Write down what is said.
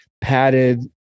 padded